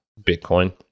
bitcoin